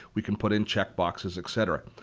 we can put in check boxes, etc.